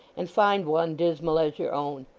and find one dismal as your own.